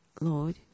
Lord